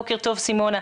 בוקר טוב, סימונה,